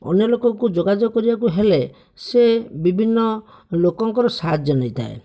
ଅନ୍ୟ ଲୋକକୁ ଯୋଗାଯୋଗ କରିବାକୁ ହେଲେ ସେ ବିଭିନ୍ନ ଲୋକଙ୍କର ସାହାଯ୍ୟ ନେଇଥାଏ